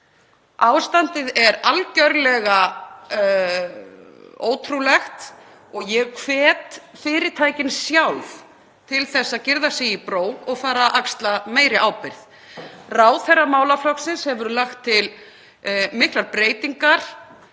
Ástandið er algerlega ótrúlegt og ég hvet fyrirtækin sjálf til að gyrða sig í brók og fara að axla meiri ábyrgð. Ráðherra málaflokksins hefur lagt til miklar breytingar